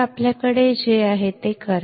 तर आपल्याकडे जे आहे ते करा